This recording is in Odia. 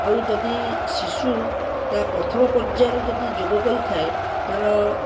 ଆଉ ଯଦି ଶିଶୁ ତା ପ୍ରଥମ ପର୍ଯ୍ୟାୟରୁ ଯଦି ଯୋଗ କରିଥାଏ ତାର